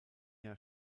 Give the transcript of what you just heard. jahr